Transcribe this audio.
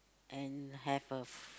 and have a f~